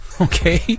Okay